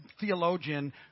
theologian